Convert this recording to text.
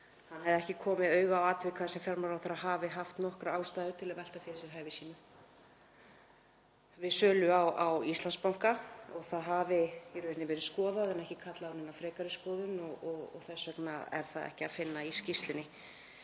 hann hafi ekki komið auga á atvik þar sem fjármálaráðherra hafi haft nokkra ástæðu til að velta fyrir sér hæfi sínu við sölu á Íslandsbanka og það hafi í raun og veru verið skoðað en ekki kallað á neina frekari skoðun og þess vegna ekki að finna í skýrslunni.